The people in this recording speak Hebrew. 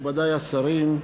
מכובדי השרים,